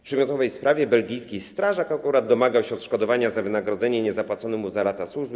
W przedmiotowej sprawie belgijski strażak akurat domagał się odszkodowania za wynagrodzenie niezapłacone mu za lata służby.